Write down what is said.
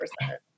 percent